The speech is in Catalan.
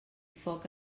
foc